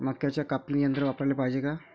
मक्क्याचं कापनी यंत्र वापराले पायजे का?